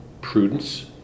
prudence